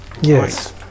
Yes